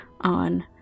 on